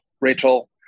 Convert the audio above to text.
Rachel